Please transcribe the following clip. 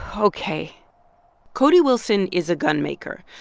ah ok cody wilson is a gunmaker.